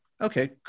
okay